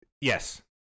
Yes